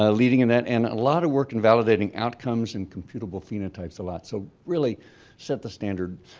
ah leading in that, and a lot of work in validating outcomes and computable phenotypes a lot so really set the standard.